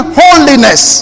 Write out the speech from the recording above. holiness